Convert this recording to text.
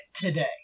today